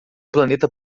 planeta